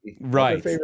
Right